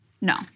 No